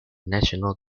national